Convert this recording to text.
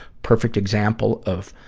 perfect example of,